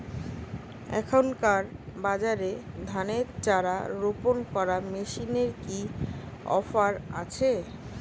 এখনকার বাজারে ধানের চারা রোপন করা মেশিনের কি অফার আছে?